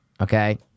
okay